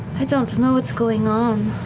i don't know what's going on.